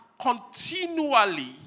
continually